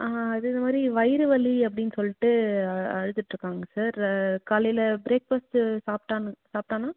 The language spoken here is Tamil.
இது இதுமாதிரி வயிறு வலி அப்டின்னு சொல்லிட்டு அழுதுட்டிருக்காங்க சார் காலையில் ப்ரேக் ஃபாஸ்ட்டு சாப்பிட்டானுங்க சாப்பிட்டானா